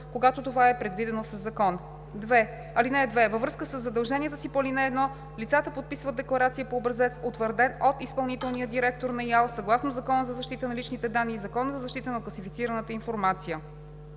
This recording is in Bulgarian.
когато това е предвидено със закон. (2) Във връзка със задълженията си по ал. 1 лицата подписват декларация по образец, утвърден от изпълнителния директор на ИАЛ, съгласно Закона за защита на личните данни и Закона за защита на класифицираната информация.“